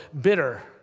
bitter